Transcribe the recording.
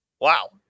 Wow